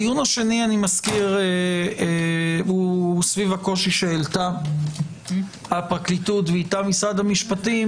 הדיון השני הוא סביב הקושי שהעלתה הפרקליטות ואיתה משרד המשפטים,